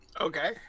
Okay